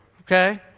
Okay